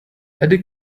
eddy